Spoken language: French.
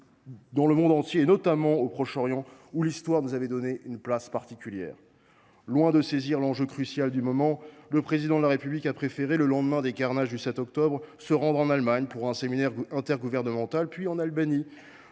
dans le monde et notamment au Proche Orient, où l’histoire nous avait donné une place particulière ? Loin de saisir l’enjeu crucial du moment, le Président de la République a préféré, au lendemain des carnages du 7 octobre, se rendre en Allemagne pour un séminaire intergouvernemental, puis en Albanie,